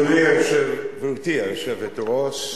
גברתי היושבת-ראש,